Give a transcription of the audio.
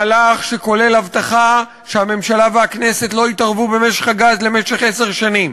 מהלך שכולל הבטחה שהממשלה והכנסת לא יתערבו במשק הגז למשך עשר שנים.